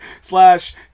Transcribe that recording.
slash